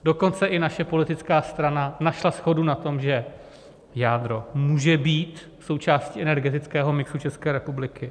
Dokonce i naše politická strana našla shodu na tom, že jádro může být součástí energetického mixu České republiky.